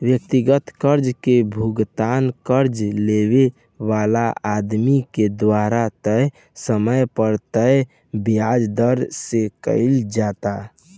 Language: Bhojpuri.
व्यक्तिगत कर्जा के भुगतान कर्जा लेवे वाला आदमी के द्वारा तय समय पर तय ब्याज दर से कईल जाला